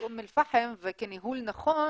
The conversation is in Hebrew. כאום אל פחם וכניהול נכון,